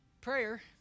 Prayer